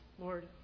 Lord